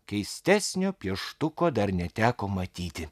keistesnio pieštuko dar neteko matyti